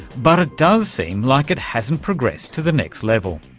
but it does seem like it hasn't progressed to the next level.